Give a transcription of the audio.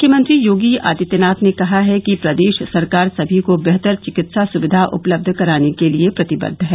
मुख्यमंत्री योगी आदित्यनाथ ने कहा है कि प्रदेश सरकार सभी को बेहतर चिकित्सा सुविधा उपलब्ध कराने के लिये प्रतिबद्द है